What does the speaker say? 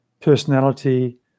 personality